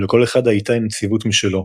ולכל אחד הייתה "נציבות" משלו,